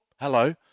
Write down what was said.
hello